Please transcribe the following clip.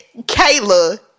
Kayla